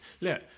look